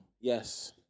Yes